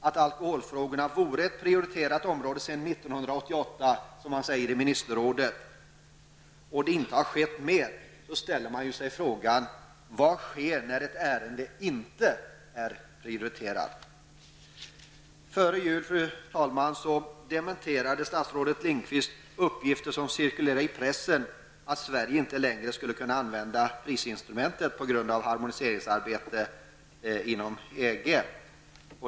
Om alkoholfrågorna är ett prioriterat område sedan 1988, som ministerrådet säger, och det inte har skett mer, då frågar jag mig: Vad sker när ett ärende inte är prioriterat? Lindqvist uppgifter som cirkulerade i pressen, att Sverige inte längre skulle kunna använda prisinstrumentet på grund av harmoniseringsarbetet inom EG.